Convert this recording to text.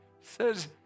says